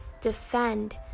defend